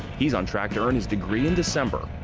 he's on track to earn his degree in december.